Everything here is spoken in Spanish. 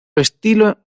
estilo